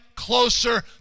closer